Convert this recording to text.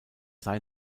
sei